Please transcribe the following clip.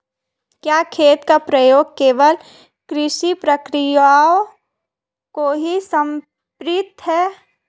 क्या खेत का प्रयोग केवल कृषि प्रक्रियाओं को ही समर्पित है?